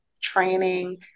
training